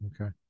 Okay